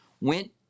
went